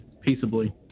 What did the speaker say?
peaceably